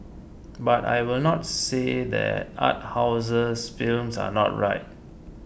but I will not say that art houses films are not right